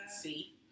see